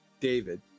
David